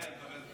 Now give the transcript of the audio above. מקבל.